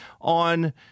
on